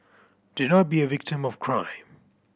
do not be a victim of crime